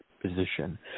position